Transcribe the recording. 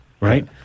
Right